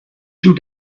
two